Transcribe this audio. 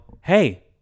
hey